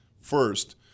First